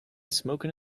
smoking